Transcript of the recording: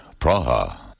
Praha